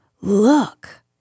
Look